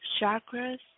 chakras